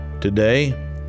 Today